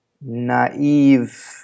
naive